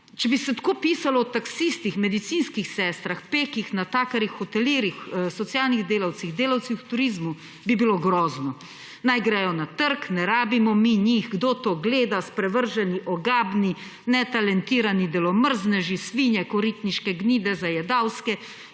če bi se tako pisalo o taksistih, medicinskih sestrah, pekih, natakarjih, hotelirjih, socialnih delavcih, delavcih v turizmu, bi bilo grozno: »naj gredo na trg«, »ne rabimo mi njih«, »kdo to gleda«, »sprevrženi«, »ogabni«, »netalentirani«, »delomrzneži«, »svinje«, »koritniške gnide zajedavske«,